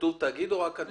כתוב תאגיד או רק אדם?